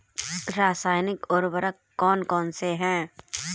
रासायनिक उर्वरक कौन कौनसे हैं?